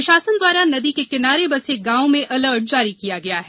प्रशासन द्वारा नदी के किनारे बसें गांवों में अलर्ट जारी किया गया है